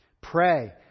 Pray